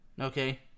okay